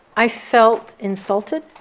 i felt insulted,